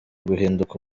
guhinduka